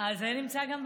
אז זה נמצא גם בנאום.